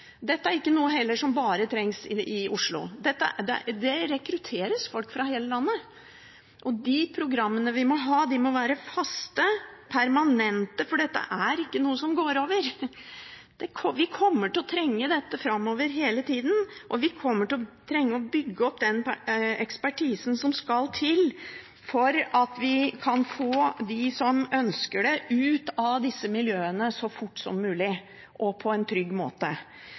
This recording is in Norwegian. Dette er ikke noe som bare trengs i Oslo heller. Det rekrutteres folk fra hele landet, og de programmene vi må ha, må være faste, permanente, for dette er ikke noe som går over. Vi kommer til å trenge dette framover hele tida, og vi kommer til å trenge å bygge opp den ekspertisen som skal til for at vi kan få de som ønsker det, ut av disse miljøene så fort som mulig og på en trygg måte.